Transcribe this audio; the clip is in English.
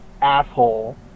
asshole